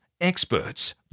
experts